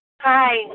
Hi